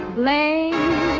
blame